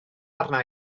arna